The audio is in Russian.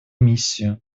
миссию